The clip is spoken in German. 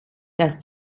dass